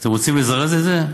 אתם רוצים לזרז את זה?